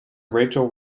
rachel